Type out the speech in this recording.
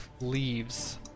Leaves